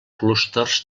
clústers